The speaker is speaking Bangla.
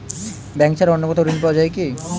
ব্যাঙ্ক ছাড়া অন্য কোথাও ঋণ পাওয়া যায় কি?